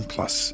Plus